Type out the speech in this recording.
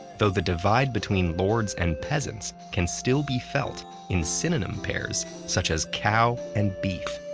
though the divide between lords and peasants can still be felt in synonym pairs such as cow and beef.